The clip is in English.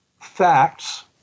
facts